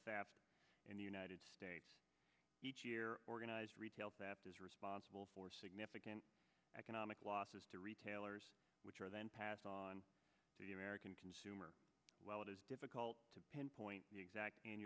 staff in the united states organized retail theft is responsible for significant economic losses to retailers which are then passed on to the american consumer well it is difficult to pinpoint the exact